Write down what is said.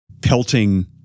pelting